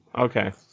Okay